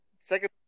Second